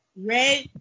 red